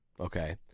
okay